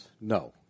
No